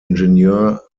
ingenieur